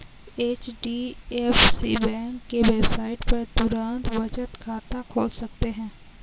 HDFC bank के website पर तुरंत बचत खाता खोल सकते है